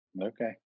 Okay